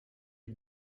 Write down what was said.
est